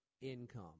income